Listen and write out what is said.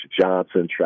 Johnson